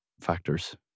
factors